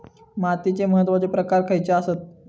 मातीचे महत्वाचे प्रकार खयचे आसत?